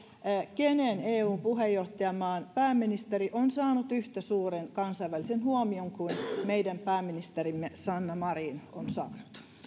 minkä eun puheenjohtajamaan pääministeri on saanut yhtä suuren kansainvälisen huomion kuin meidän pääministerimme sanna marin on saanut ja